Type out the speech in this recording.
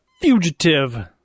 fugitive